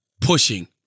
pushing